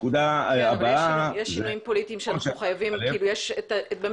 יש שינויים פוליטיים מתחייבים ויש ממילא